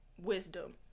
wisdom